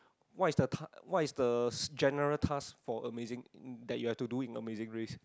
what is the task what is the general task for amazing that you have to do in amazing race